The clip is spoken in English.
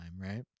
Right